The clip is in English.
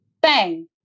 Bang